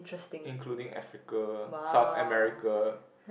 including Africa South America